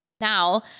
now